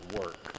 work